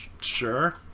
sure